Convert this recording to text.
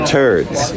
turds